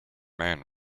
man